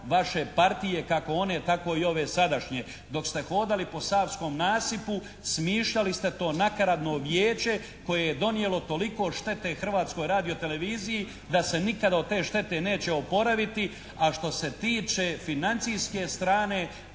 vaše partije kako one tako i ove sadašnje. Dok ste hodali po savskom nasipu smišljali ste to nakaradno vijeće koje je donijelo toliko štete Hrvatsko radioteleviziji da se nikad od te štete neće oporaviti. A što se tiče financijske strane,